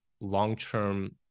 long-term